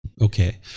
Okay